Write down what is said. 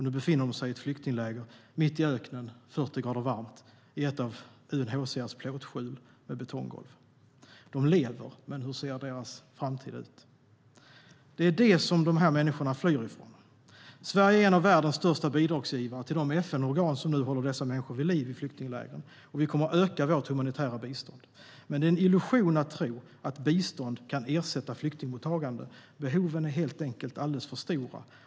Nu befinner de sig i ett flyktingläger mitt i öknen där det är 40 grader varmt, i ett av UNHCR:s plåtskjul med betonggolv. De lever. Men hur ser deras framtid ut? Det är det som de här människorna flyr ifrån. Sverige är en av världens största bidragsgivare till de FN-organ som håller dessa människor vid liv i flyktinglägren. Och vi kommer att öka vårt humanitära bistånd. Men det är en illusion att tro att bistånd kan ersätta flyktingmottagande. Behoven är helt enkelt alldeles för stora.